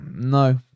No